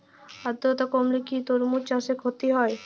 আদ্রর্তা কমলে কি তরমুজ চাষে ক্ষতি হয়?